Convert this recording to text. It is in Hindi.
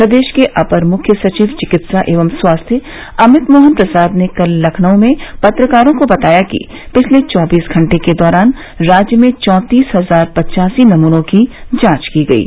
प्रदेश के अपर मुख्य सचिव चिकित्सा एवं स्वास्थ्य अमित मोहन प्रसाद ने कल लखनऊ में पत्रकारों को बताया कि पिछले चौबीस घंटे के दौरान राज्य में चौतीस हजार पचासी नमूनों की जांच की गयी